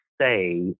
say